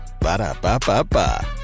Ba-da-ba-ba-ba